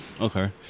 Okay